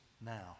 now